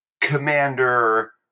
commander